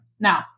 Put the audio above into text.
Now